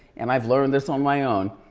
and i've learned this on my own,